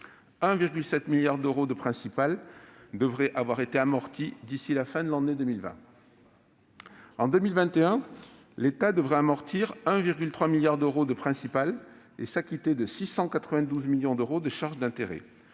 1,7 milliard d'euros devaient avoir été amortis d'ici à la fin de l'année 2020. En 2021, l'État devrait amortir de nouveau 1,3 milliard d'euros de principal et s'acquitter de 692 millions d'euros de charges d'intérêt,